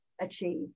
achieve